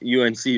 unc